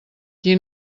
qui